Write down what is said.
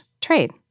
trade